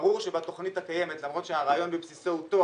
ברור שבתכנית הקיימת למרות שהרעיון בבסיסו הוא טוב